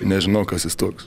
nežinau kas jis toks